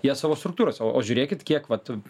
jie savo struktūrose o žiūrėkit kiek vat